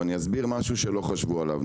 אבל אסביר משהו שלא חשבו עליו.